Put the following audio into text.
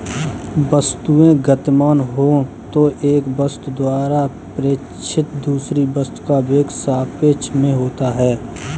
वस्तुएं गतिमान हो तो एक वस्तु द्वारा प्रेक्षित दूसरे वस्तु का वेग सापेक्ष में होता है